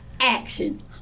action